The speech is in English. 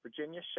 Virginia